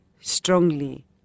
strongly